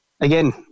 again